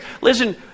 listen